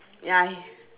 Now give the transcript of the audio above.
ya